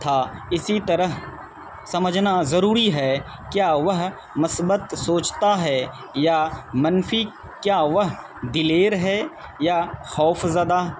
تھا اسی طرح سمجھنا ضروری ہے کیا وہ مثبت سوچتا ہے یا منفی کیا وہ دلیر ہے یا خوفزدہ